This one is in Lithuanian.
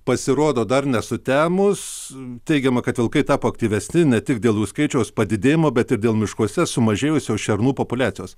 pasirodo dar nesutemus teigiama kad vilkai tapo aktyvesni ne tik dėl jų skaičiaus padidėjimo bet ir dėl miškuose sumažėjusios šernų populiacijos